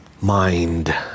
mind